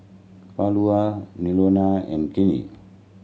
Paula Nonie and Kennith